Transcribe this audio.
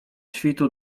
świtu